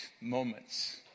moments